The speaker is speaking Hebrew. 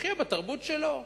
יחיה בתרבות שלו.